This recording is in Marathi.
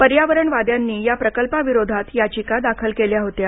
पर्यावरणवाद्यांनी या प्रकल्पाविरोधात याचिका दाखल केल्या होत्या